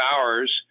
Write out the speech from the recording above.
hours